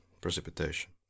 precipitation